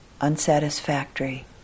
unsatisfactory